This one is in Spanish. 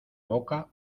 boca